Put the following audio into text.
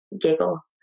giggle